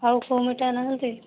ଆଉ କେଉଁ ମିଠା ନାହିଁ କି